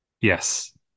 Yes